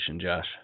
Josh